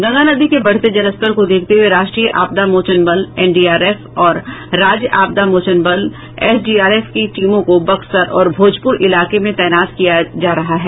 गंगा नदी के बढ़ते जलस्तर को देखते हुये राष्ट्रीय आपदा मोचन बल एनडीआरएफ और राज्य आपदा मोचन बल एसडीआरएफ की टीमों को बक्सर और भोजपुर इलाके में तैनात किया जा रहा है